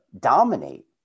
dominate